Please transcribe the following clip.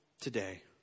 today